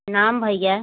प्रणाम भइया